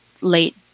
late